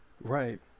Right